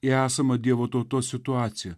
į esamą dievo tautos situacija